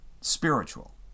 spiritual